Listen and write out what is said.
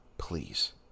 Please